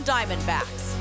Diamondbacks